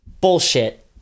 Bullshit